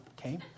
okay